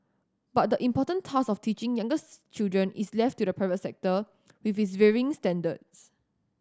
but the important task of teaching younger's children is left to the private sector with its varying standards